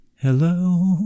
hello